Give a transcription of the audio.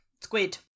Squid